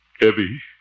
Evie